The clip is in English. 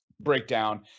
breakdown